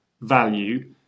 value